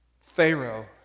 Pharaoh